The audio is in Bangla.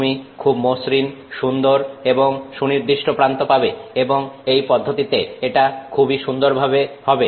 তুমি খুব সুন্দর মসৃণ এবং সুনির্দিষ্ট প্রান্ত পাবে এবং এই পদ্ধতিতে এটা খুবই সুন্দরভাবে হবে